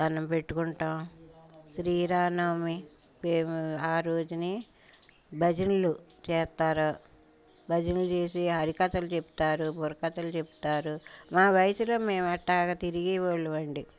దండం పెట్టుకుంటాం శ్రీరామనవమి ఆ రోజుని భజనలు చేస్తారు భజనలు చేసి హరికథలు చెప్తారు బుర్రకథలు చెప్తారు మా వయసులో మేం అలాగ తిరిగే వాళ్ళమండి